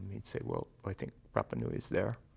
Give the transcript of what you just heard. he'd say, well, i think rapa nui is there.